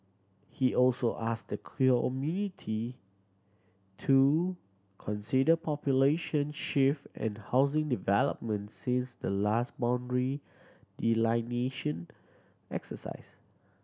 he also asked the to consider population shift and housing developments since the last boundary delineation exercise